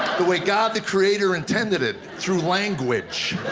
the way god the creator intended it through language.